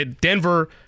Denver